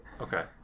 Okay